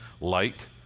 light